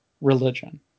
religion